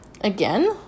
Again